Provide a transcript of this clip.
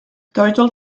title